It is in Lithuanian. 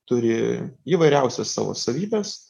turi įvairiausias savo savybes